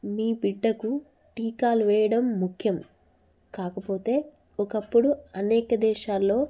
మీ బిడ్డకు టీకాలు వేయడం ముఖ్యం కాకపోతే ఒకప్పుడు అనేక దేశాలలో